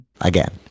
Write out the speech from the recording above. Again